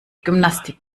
gymnastik